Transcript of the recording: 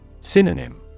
Synonym